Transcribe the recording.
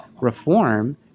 reform